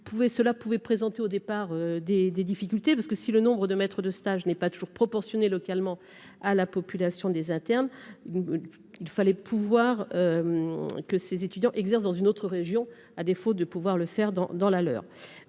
cela pouvait présenter au départ des des difficultés parce que si le nombre de maître de stage n'est pas toujours proportionnée localement à la population des internes, il fallait pouvoir que ces étudiants exercent dans une autre région, à défaut de pouvoir le faire dans dans la leur,